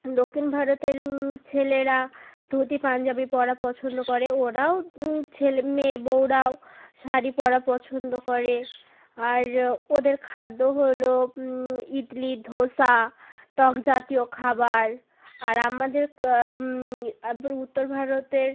দক্ষিণ ভারতের ছেলেরা ধুতি পাঞ্জাবি পরা পছন্দ করে ওরাও ছেলে মেয়ে বউরাও শাড়ি পরা পছন্দ করে আর ওদের খাদ্য হলো ইডলি ধোসা টক জাতীয় খাবার আর আমাদের ক আবার উত্তর ভারতের